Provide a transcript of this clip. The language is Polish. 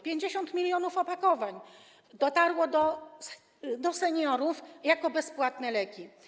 50 mln opakowań dotarło do seniorów jako bezpłatne leki.